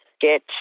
get